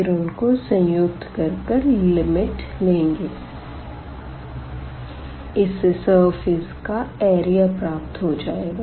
फिर उनको संयुक्त कर कर लिमिट लेंगे इस से सरफेस का एरिया प्राप्त हो जाएगा